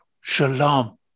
Shalom